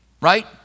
right